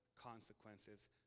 consequences